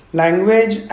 language